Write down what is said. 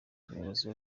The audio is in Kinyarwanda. ubuyobozi